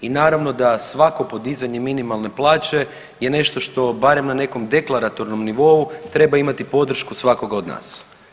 I naravno da svako podizanje minimalne plaće je nešto što barem na nekom deklaratornom nivou treba imati podršku svakoga od nas.